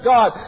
God